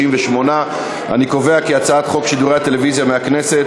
38. אני קובע כי הצעת חוק שידורי הטלוויזיה מהכנסת,